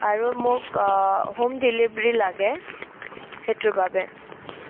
আৰু মোক home delivery লাগে সেইটোৰ বাবে